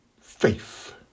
faith